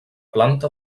planta